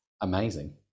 Amazing